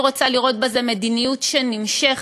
אני רוצה לראות בזה מדיניות שנמשכת,